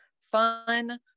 fun